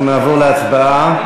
אנחנו נעבור להצבעה.